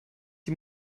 die